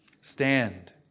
Stand